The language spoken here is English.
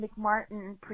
McMartin